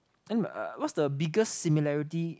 then uh what's the biggest similarity